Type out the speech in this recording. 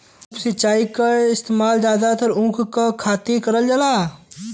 उप सिंचाई क इस्तेमाल जादातर ऊख के खातिर करल जाला